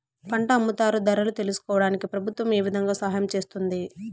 పంట అమ్ముతారు ధరలు తెలుసుకోవడానికి ప్రభుత్వం ఏ విధంగా సహాయం చేస్తుంది?